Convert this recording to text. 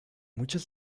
muchas